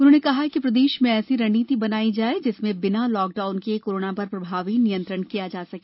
उन्होंने कहा कि प्रदेश में ऐसी रणनीति बनाई जाए जिसमें बिना लॉक डाउन किए कोरोना पर प्रभावी नियंत्रण किया जा सके